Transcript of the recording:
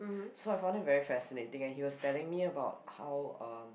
so I found it very fascinating and he was telling me about how uh